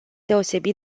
deosebit